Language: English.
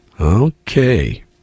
Okay